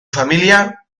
familia